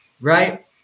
Right